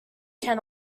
can